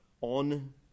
on